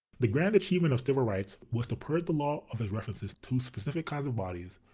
the grand achievement of civil rights was to purge the law of his references to specific kinds of bodies,